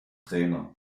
trainer